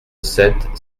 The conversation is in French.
sept